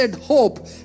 hope